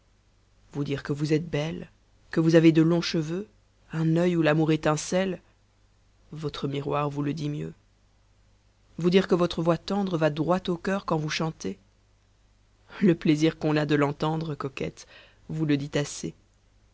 vous dire que vous êtes belle que vous avez de longs cheveux un oeil où l'amour étincelle votre miroir vous le dit mieux vous dire que votre voix tendre va droit au coeur quand vous chantez le plaisir qu'on a de l'entendre coquette vous le dit assez